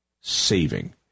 saving